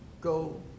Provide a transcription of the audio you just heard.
go